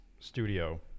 studio